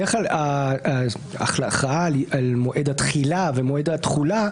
בדרך כלל ההכרעה על מועד התחילה ומועד התחולה,